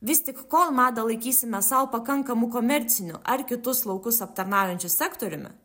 vis tik kol madą laikysime sau pakankamu komerciniu ar kitus laukus aptarnaujančiu sektoriumi